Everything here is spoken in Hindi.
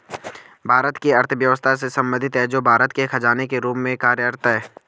भारत की अर्थव्यवस्था से संबंधित है, जो भारत के खजाने के रूप में कार्यरत है